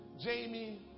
Jamie